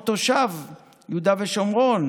או תושב יהודה ושומרון